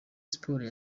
sports